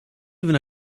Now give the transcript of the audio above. even